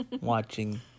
watching